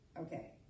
okay